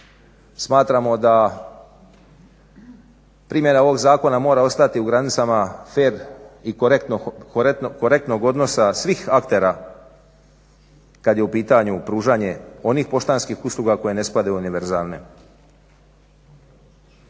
Smatramo da primjena ovog zakona mora ostati u granicama fer i korektnog odnosa svih aktera kada je u pitanju pružanje onih poštanskih usluga koje ne spadaju u univerzalne.